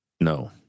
No